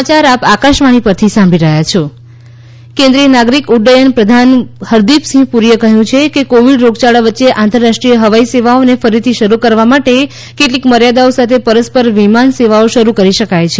civil aviation air bubble કેન્દ્રીય નાગરિક ઉજ્ઠયન પ્રધાન હરદીપસિંહ પુરીએ કહ્યું છે કે કોવિડ રોગચાળા વચ્ચે આંતરરાષ્ટ્રીય હવાઈ સેવાઓને ફરીથી શરૂ કરવા માટે કેટલીક મર્યાદાઓ સાથે પરસ્પર વિમાન સેવાઓ શરૂ કરી શકાય છે